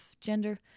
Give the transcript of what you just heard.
gender